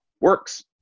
works